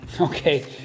Okay